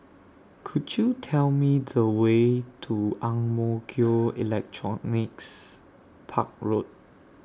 Could YOU Tell Me The Way to Ang Mo Kio Electronics Park Road